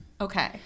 okay